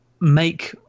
make